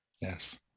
Yes